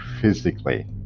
physically